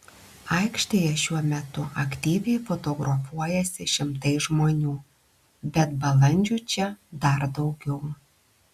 aikštėje šiuo metu aktyviai fotografuojasi šimtai žmonių bet balandžių čia dar daugiau